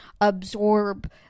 absorb